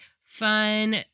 fun